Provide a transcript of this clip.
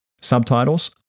subtitles